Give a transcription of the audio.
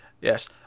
yes